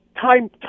time